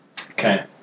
Okay